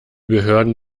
behörden